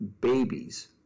babies